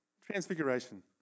transfiguration